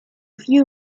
few